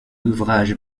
ouvrage